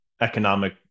economic